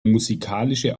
musikalische